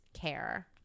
care